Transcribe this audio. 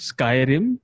Skyrim